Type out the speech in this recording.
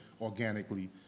organically